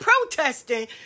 protesting